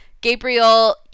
Gabriel